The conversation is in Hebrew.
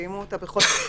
קיימו אותה בכל מקרה.